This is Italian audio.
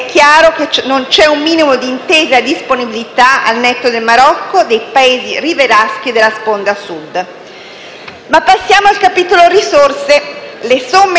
è chiaro che non c'è un minimo di intesa e di disponibilità, al netto del Marocco, dei Paesi riviersachi della sponda Sud. Ma passiamo al capitolo risorse.